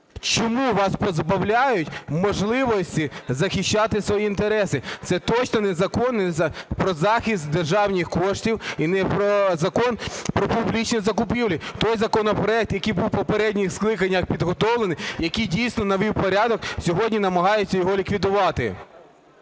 Чому вас позбавляють можливості захищати свої інтереси? Це точно не Закон про захист державних коштів і не Закон "Про публічні закупівлі". Той законопроект, який був у попередніх скликаннях підготовлений, який дійсно навів порядок, сьогодні намагаються його ліквідувати.